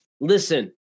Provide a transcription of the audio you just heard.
listen